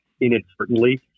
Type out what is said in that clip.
inadvertently